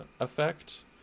effect